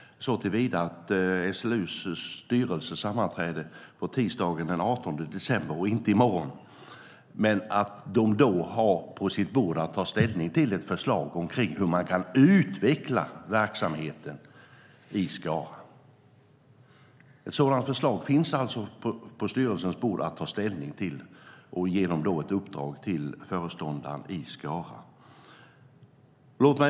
SLU:s styrelse sammanträder tisdagen den 18 december, inte i morgon. De har då att ta ställning till ett förslag om hur man kan utveckla verksamheten i Skara. Det finns alltså ett sådant förslag på styrelsens bord att ta ställning till för att sedan ge ett uppdrag till föreståndaren i Skara.